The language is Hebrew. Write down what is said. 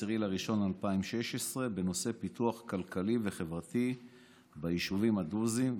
בינואר 2016 בנושא פיתוח כלכלי וחברתי ביישובים הדרוזיים והצ'רקסיים.